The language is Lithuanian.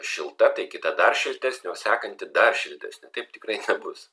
šilta tai kita dar šiltesnė o sekanti dar šiltesnė taip tikrai nebus